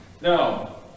No